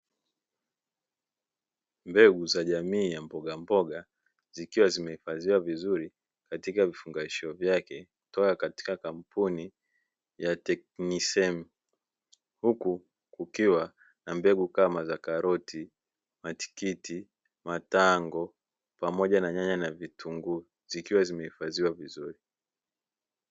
Mbegu za jamii ya mbogamboga, zikiwa zimehifadhiwa vizuri katika vifungashio vyake, kutoka katika kampuni ya "Teknisem" huku kukiwa na mbegu kama za: karoti, matikiti, matango pamoja na nyanya na vitunguu, zikiwa zimehifadhiwa vizuri.